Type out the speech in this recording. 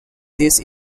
these